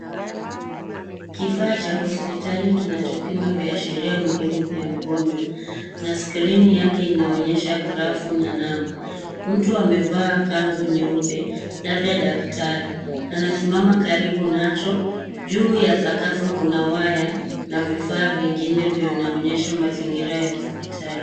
Kifaa cha hospitali kinachopima viashiria muhimu vya mgonjwa na skrini yake inaonyesha graph na namba mtu amevaa kanzu nyeupe labda daktari anasimama karibu nacho. Juu ya sakafu kuna waya na vifaa vingine vinaonyesha mazingira ya hospitali.